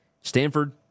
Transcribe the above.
Stanford